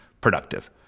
productive